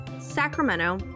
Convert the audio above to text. sacramento